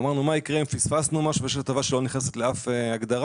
אמרנו מה יקרה אם פספסנו משהו ויש הטבה שלא נכנסת לאף הגדרה,